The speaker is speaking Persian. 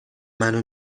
منو